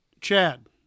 Chad